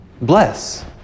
bless